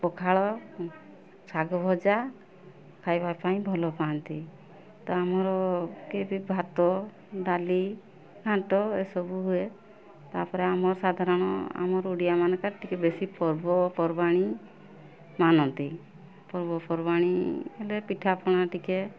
ପଖାଳ ଶାଗ ଭଜା ଖାଇବା ପାଇଁ ଭଲ ପାଆନ୍ତି ତ ଆମର କେବେ ଭାତ ଡାଲି ଘାଣ୍ଚ ଏସବୁ ହୁଏ ତାପରେ ଆମ ସାଧାରଣ ଆମର ଓଡ଼ିଆମାନଙ୍କର ଟିକେ ବେଶୀ ପର୍ବପର୍ବାଣୀ ମାନନ୍ତି ପର୍ବପର୍ବାଣୀ ହେଲେ ପିଠା ପଣା ଟିକେ